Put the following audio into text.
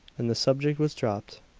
and the subject was dropped.